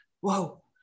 whoa